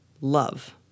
love